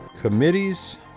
committees